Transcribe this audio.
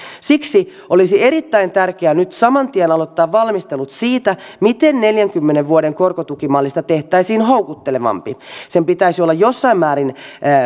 siksi olisi erittäin tärkeää nyt saman tien aloittaa valmistelut siitä miten neljänkymmenen vuoden korkotukimallista tehtäisiin houkuttelevampi sen pitäisi olla jossain määrin